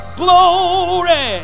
glory